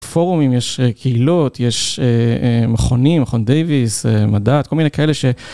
פורומים, יש קהילות, יש מכונים, מכון דייוויס, מדעת, כל מיני כאלה ש...